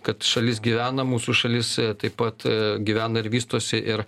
kad šalis gyvena mūsų šalis taip pat gyvena ir vystosi ir